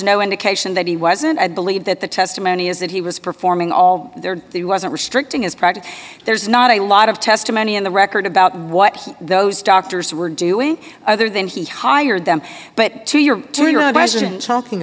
no indication that he wasn't i believe that the testimony is that he was performing all there he wasn't restricting as practice there's not a lot of testimony in the record about what those doctors were doing other than he hired them but to your question talking